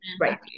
Right